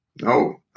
No